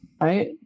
right